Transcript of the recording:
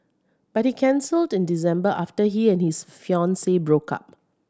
but he cancelled in December after he and his fiancee broke up